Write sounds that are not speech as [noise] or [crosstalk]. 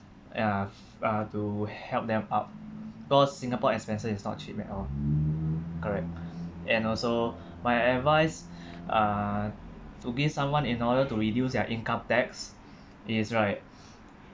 ya uh to help them up because singapore expenses is not cheap at all correct and also [breath] my advice [breath] uh to give someone in order to reduce their income tax is like [breath]